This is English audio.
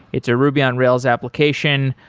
it's a ruby on rails application.